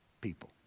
people